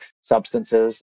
substances